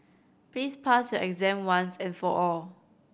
please pass your exam once and for all